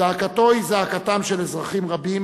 זעקתו היא זעקתם של אזרחים רבים,